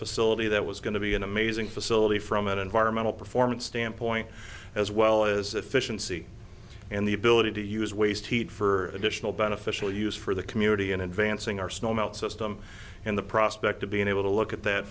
facility that was going to be an amazing facility from an environmental performance standpoint as well as efficiency and the ability to use waste heat for additional beneficial use for the community in advancing our snow melt system and the prospect of being able to look at that